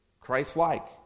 Christ-like